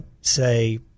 say